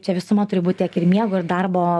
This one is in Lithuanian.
čia visuma turi būt tiek ir miego ir darbo